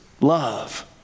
love